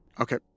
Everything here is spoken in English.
Okay